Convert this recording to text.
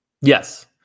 Yes